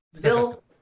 Bill